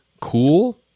cool